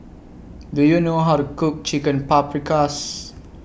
Do YOU know How to Cook Chicken Paprikas